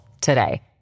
today